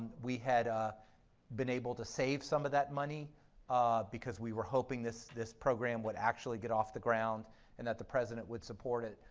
we had ah been able to save some of that money because we were hoping this this program would actually get off the ground and that the president would support it.